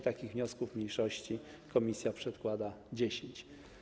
Takich wniosków mniejszości komisja przedkłada 10.